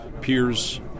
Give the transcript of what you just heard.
peers